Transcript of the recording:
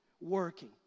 working